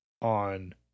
on